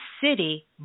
city